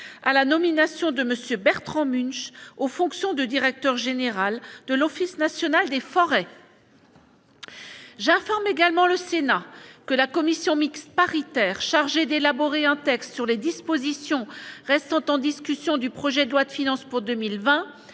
-à la nomination de M. Bertrand Munch aux fonctions de directeur général de l'Office national des forêts. J'informe le Sénat que la commission mixte paritaire chargée d'élaborer un texte sur les dispositions restant en discussion du projet de loi de finances pour 2020